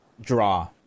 draw